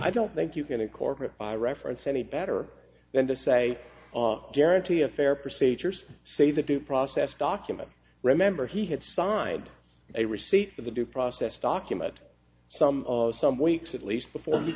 i don't think you can incorporate by reference any better than to say guarantee a fair procedures say the due process document remember he had signed a receipt for the due process document some of some weeks at least before you